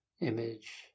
image